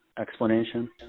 explanation